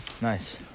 Nice